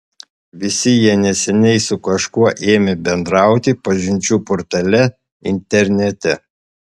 visi jie neseniai su kažkuo ėmė bendrauti pažinčių portale internete